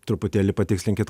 truputėlį patikslinkit